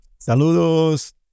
saludos